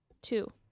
Two